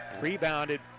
Rebounded